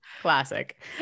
Classic